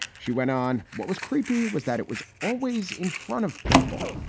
she went on. what was creepy was that it was always in front of people.